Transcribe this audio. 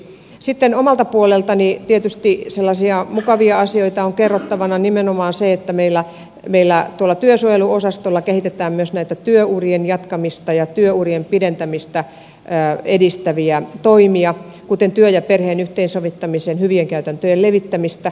sitten omalta puoleltani tietysti sellaisia mukavia asioita on kerrottavana nimenomaan se että meillä työsuojeluosastolla kehitetään myös työurien jatkamista ja työurien pidentämistä edistäviä toimia kuten työn ja perheen yhteensovittamisen hyvien käytäntöjen levittämistä